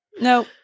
no